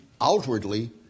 outwardly